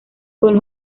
con